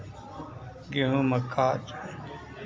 गेहूँ मक्का